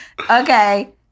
okay